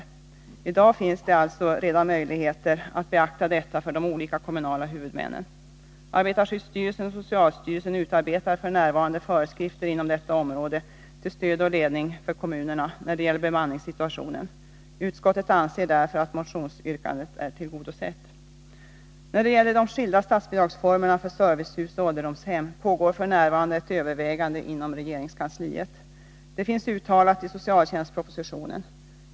Redan i dag finns det alltså möjlighet att beakta detta för de olika kommunala huvudmännen. Arbetarskyddsstyrelsen och socialstyrelsen utarbetar f. n. föreskrifter inom detta område till stöd och ledning för kommunerna när det gäller bemanningssituationen. Utskottet anser därför att motionsyrkandet är tillgodosett. När det gäller de skilda statsbidragsformerna för servicehusoch ålderdomshem sker f. n. överväganden inom regeringskansliet. Detta finns uttalat i socialtjänstpropositionen.